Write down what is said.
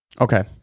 Okay